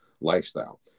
lifestyle